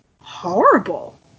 horrible